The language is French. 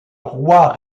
roi